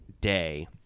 day